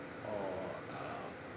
or um